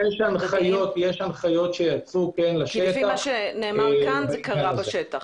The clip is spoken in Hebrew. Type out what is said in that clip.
כי לפי מה שנאמר כאן, זה קרה בשטח.